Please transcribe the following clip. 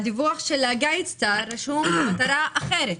בדיווח של הגיידסטאר רשומה מטרה אחרת.